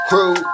Crew